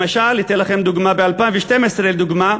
למשל, אני אתן לכם דוגמה: ב-2012, לדוגמה,